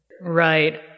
Right